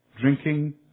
drinking